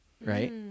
right